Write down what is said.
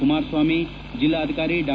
ಕುಮಾರಸ್ವಾಮಿ ಜಿಲ್ಲಾಧಿಕಾರಿ ಡಾ